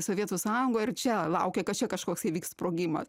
sovietų sąjungoj ir čia laukė kas čia kažkoks įvyks sprogimas